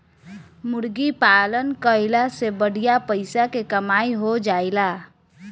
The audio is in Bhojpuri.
मुर्गी पालन कईला से बढ़िया पइसा के कमाई हो जाएला